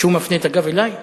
כשהוא מפנה את הגב אלי?